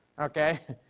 okay?